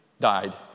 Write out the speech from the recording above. died